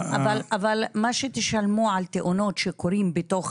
אבל מה שתשלמו על תאונות שקורות בתוך